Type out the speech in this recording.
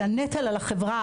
זה הנטל על החברה,